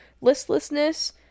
listlessness